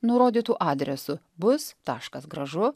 nurodytu adresu bus taškas gražu